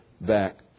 back